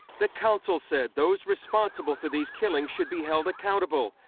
the council said those responsible for these killings should be held accountable.